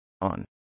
On